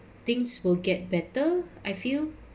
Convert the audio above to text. things will get better I feel